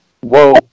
Whoa